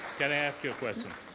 can i ask you a question?